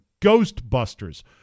Ghostbusters